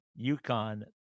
UConn